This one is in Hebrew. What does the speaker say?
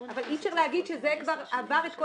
אבל אי אפשר להגיד שזה כבר עבר את כל